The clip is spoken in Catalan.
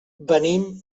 venim